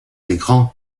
écran